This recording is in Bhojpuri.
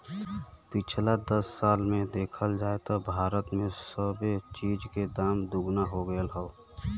पिछला दस साल मे देखल जाए त भारत मे सबे चीज के दाम दुगना हो गएल हौ